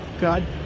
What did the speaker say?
God